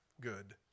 good